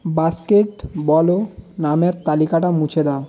basket বলে নামের তালিকাটা মুছে দাও